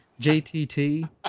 JTT